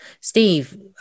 Steve